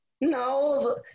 No